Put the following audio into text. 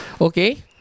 okay